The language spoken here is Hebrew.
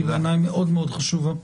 בעיניי היא מאוד חשובה.